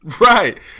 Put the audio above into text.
Right